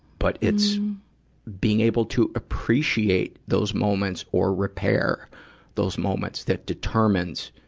but it's being able to appreciate those moments or repair those moments that determines